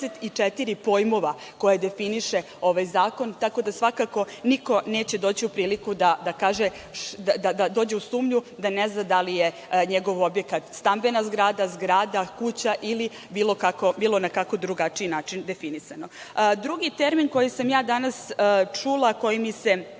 pojmova koje definiše ovaj zakon. Tako da svakako niko neće doći u priliku da dođe u sumnju da ne zna da li je njegov objekat stambena zgrada, zgrada, kuća ili bilo na kako drugačiji način definisano. Drugi termin koji sam ja danas čula koji mi se